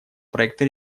проекта